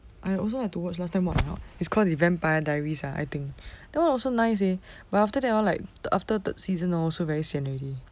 I also like to watch last time what about is called the vampire diaries ah I think that one also nice eh but after that hor like after the seasonal also very sian already